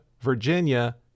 Virginia